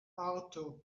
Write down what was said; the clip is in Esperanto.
arto